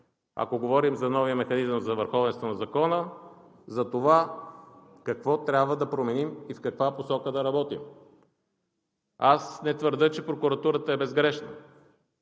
ако говорим за новия механизъм за върховенство на закона, за това какво трябва да променим и в каква посока да работим. Не твърдя, че прокуратурата е безгрешна,